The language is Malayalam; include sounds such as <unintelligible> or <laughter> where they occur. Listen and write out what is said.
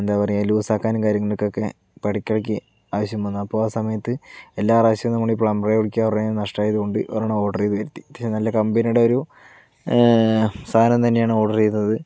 എന്താ പറയുക ലൂസാക്കാനും കാര്യങ്ങൾക്കൊക്കെ ഇപ്പോൾ ഇടയ്ക്കിടയ്ക്ക് ആവശ്യം വന്ന് അപ്പോൾ ആ സമയത്ത് എല്ലാ പ്രാവശ്യവും നമ്മള് ഈ പ്ലമ്പറെ വിളിക്കുക പറയണത് നഷ്ട്ടമായത് കൊണ്ട് ഒരെണ്ണം ഓർഡറ് ചെയ്ത് വരുത്തി <unintelligible> നല്ല കമ്പനിയുടെ ഒരു സാധനം തന്നെയാണ് ഓർഡറ് ചെയ്തത്